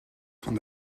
van